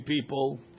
people